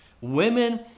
Women